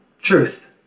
Truth